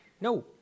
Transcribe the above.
No